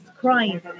crying